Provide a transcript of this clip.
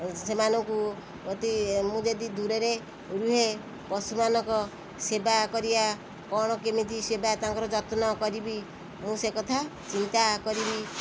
ସେମାନଙ୍କୁ ଅତି ମୁଁ ଯଦି ଦୂରରେ ରୁହେ ପଶୁମାନଙ୍କ ସେବା କରିବା କ'ଣ କେମିତି ସେବା ତାଙ୍କର ଯତ୍ନ କରିବି ମୁଁ ସେ କଥା ଚିନ୍ତା କରିବି